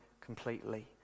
completely